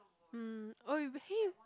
mm oh you behave